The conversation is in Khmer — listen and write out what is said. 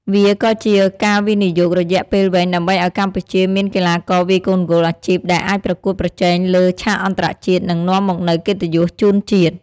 វាក៏ជាការវិនិយោគរយៈពេលវែងដើម្បីឲ្យកម្ពុជាមានកីឡាករវាយកូនហ្គោលអាជីពដែលអាចប្រកួតប្រជែងលើឆាកអន្តរជាតិ និងនាំមកនូវកិត្តិយសជូនជាតិ។